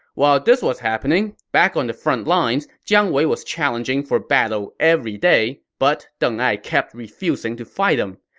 while this was happening, back on the front lines, jiang wei was challenging for battle every day, but deng ai kept refusing to fight him.